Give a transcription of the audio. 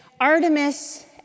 Artemis